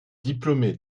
diplômé